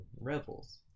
Rebels